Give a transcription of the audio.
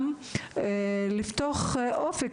צריך גם לפתוח אופק,